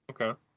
okay